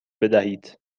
بدهید